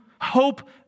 Hope